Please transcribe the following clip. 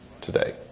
today